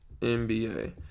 NBA